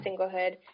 singlehood